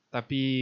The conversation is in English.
Tapi